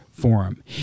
forum